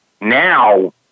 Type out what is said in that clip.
now